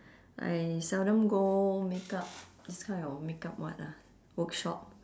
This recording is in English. I seldom go makeup this kind of makeup what ah workshop